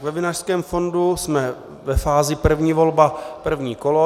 Ve Vinařském fondu jsme ve fázi první volba, první kolo.